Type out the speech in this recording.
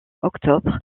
octobre